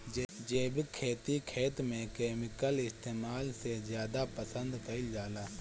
जैविक खेती खेत में केमिकल इस्तेमाल से ज्यादा पसंद कईल जाला